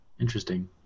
Interesting